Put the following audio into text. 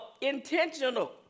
intentional